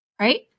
right